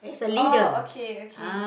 oh okay okay